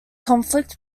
conflict